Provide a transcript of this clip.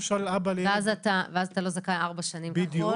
למשל אבא --- ואז אתה לא זכאי ארבע שנים -- בדיוק.